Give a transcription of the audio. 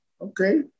Okay